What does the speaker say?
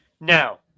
now